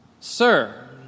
Sir